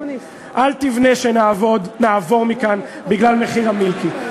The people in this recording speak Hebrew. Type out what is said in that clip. אל תבנה שנעבור מכאן בגלל מחיר המילקי.